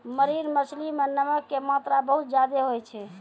marine मछली मॅ नमक के मात्रा बहुत ज्यादे होय छै